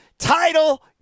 title